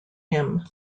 him